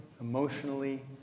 emotionally